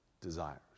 desires